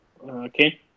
Okay